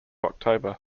october